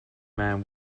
man